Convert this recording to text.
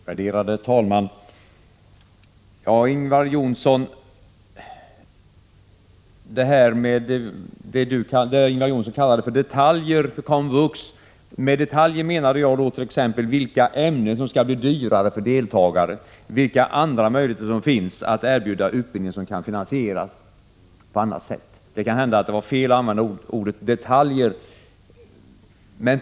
Herr talman! Först några ord till Ingvar Johnsson om det han kallar för detaljer för komvux. Med detaljer menade jag t.ex. vilka ämnen som skall bli dyrare för deltagarna och vilka andra möjligheter som finns att erbjuda utbildning som kan finansieras på annat sätt. Det kan hända att det var fel att använda ordet detaljer.